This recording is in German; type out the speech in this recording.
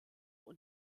und